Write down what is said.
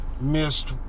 missed